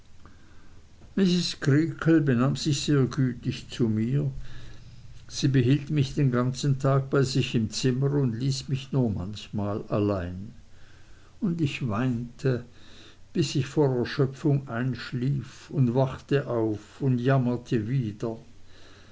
sich sehr gütig zu mir sie behielt mich den ganzen tag bei sich im zim mer und ließ mich nur manchmal allein und ich weinte bis ich vor erschöpfung einschlief und wachte auf und jammerte wieder